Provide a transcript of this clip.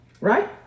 right